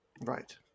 Right